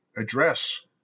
address